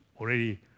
already